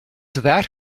that